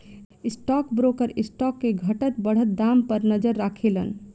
stock broker stock के घटत बढ़त दाम पर नजर राखेलन